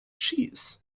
cheese